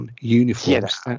uniforms